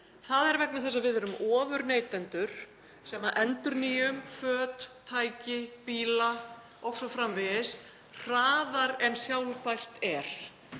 Það er vegna þess að við erum ofurneytendur sem endurnýjum föt, tæki, bíla o.s.frv. hraðar en sjálfbært er.